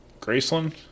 Graceland